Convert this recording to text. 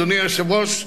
אדוני היושב-ראש,